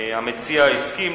המציע הסכים,